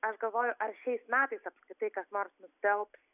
aš galvoju ar šiais metais apskritai kas nors nustelbs